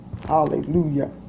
Hallelujah